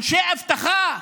אנשי אבטחה,